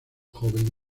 joven